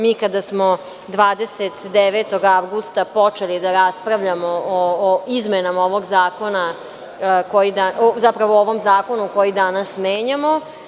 Mi kada smo 29. avgusta pokušali da raspravljamo o izmenama ovog zakona, zapravo o ovom zakonu koji danas menjamo.